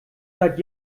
seit